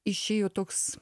išėjo toks